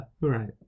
right